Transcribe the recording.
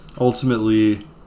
ultimately